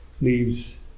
leaves